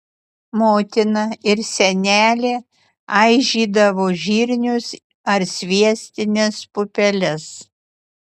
motina ir senelė aižydavo žirnius ar sviestines pupeles